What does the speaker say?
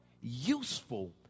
useful